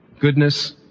goodness